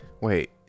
Wait